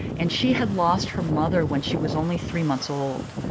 and she had lost her mother when she was only three months old.